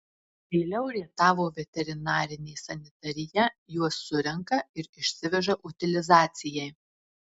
vėliau rietavo veterinarinė sanitarija juos surenka ir išsiveža utilizacijai